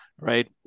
right